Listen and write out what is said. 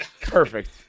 Perfect